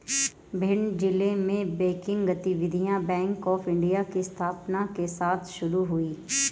भिंड जिले में बैंकिंग गतिविधियां बैंक ऑफ़ इंडिया की स्थापना के साथ शुरू हुई